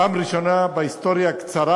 פעם ראשונה בהיסטוריה הקצרה